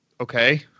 okay